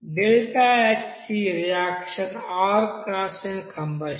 ΔHc reaction rxn combustion